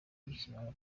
bikimara